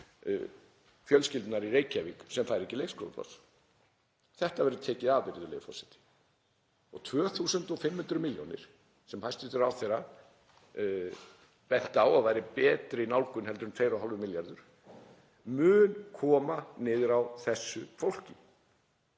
fjölskyldunnar í Reykjavík sem fær ekki leikskólapláss. Þetta verður tekið af, virðulegur forseti, og 2.500 milljónir, sem hæstv. ráðherra benti á að væri betri nálgun heldur en 2,5 milljarðar, munu koma niður á þessu fólki,